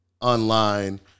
online